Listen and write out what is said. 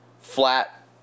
flat